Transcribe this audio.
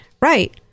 Right